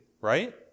right